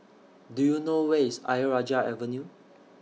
Do YOU know Where IS Ayer Rajah Avenue